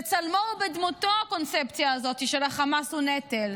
בצלמו ובדמותו הקונספציה הזאת, שהחמאס הוא נכס.